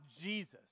Jesus